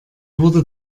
wurde